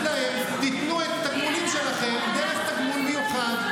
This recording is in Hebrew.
להם: תיתנו את התגמולים שלכם דרך תגמול מיוחד.